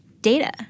data